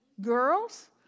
girls